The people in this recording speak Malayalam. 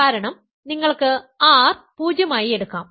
കാരണം നിങ്ങൾക്ക് R 0 ആയി എടുക്കാം